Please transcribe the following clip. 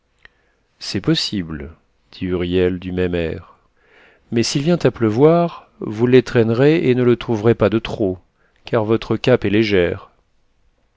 c'est possible dit huriel du même air mais s'il vient à pleuvoir vous l'étrennerez et ne le trouverez pas de trop car votre cape est légère